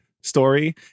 story